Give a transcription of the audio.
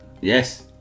Yes